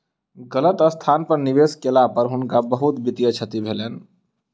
गलत स्थान पर निवेश केला पर हुनका बहुत वित्तीय क्षति भेलैन